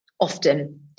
often